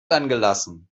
angelassen